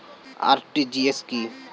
RTGS কি?